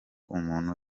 umuntu